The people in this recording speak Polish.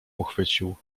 uchwycił